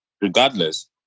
regardless